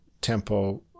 tempo